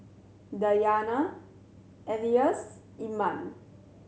Dayana Elyas Iman